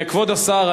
כבוד השר,